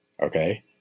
Okay